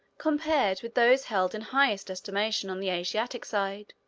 compared with those held in highest estimation on the asiatic side,